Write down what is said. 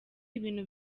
ibintu